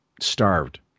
starved